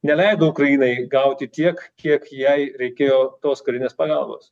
neleido ukrainai gauti tiek kiek jai reikėjo tos karinės pagalbos